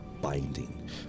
binding